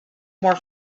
more